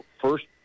first